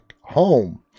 home